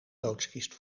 doodskist